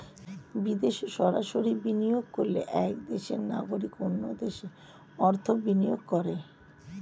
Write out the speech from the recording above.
বিদেশে সরাসরি বিনিয়োগ করলে এক দেশের নাগরিক অন্য দেশে অর্থ বিনিয়োগ করে